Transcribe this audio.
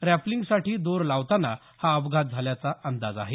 रॅपलिंगसाठी दोर लावताना हा अपघात झाल्याचा अंदाज आहे